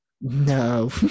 no